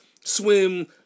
swim